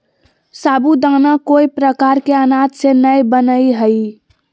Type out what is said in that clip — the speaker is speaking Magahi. साबूदाना कोय प्रकार के अनाज से नय बनय हइ